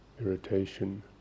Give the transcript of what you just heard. irritation